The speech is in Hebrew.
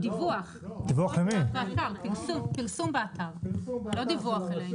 לא, דיווח, באתר, פרסום באתר, לא דיווח אלינו.